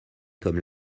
comme